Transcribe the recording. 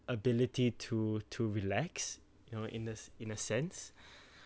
ability to to relax you know in a in a sense